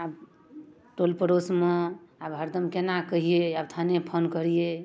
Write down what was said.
टोल पड़ौसमे आब हरदम केना कहियै आब थाने फोन करियै